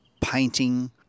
painting